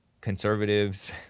conservatives